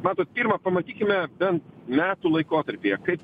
matot pirma pamatykime bent metų laikotarpyje kaip